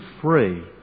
free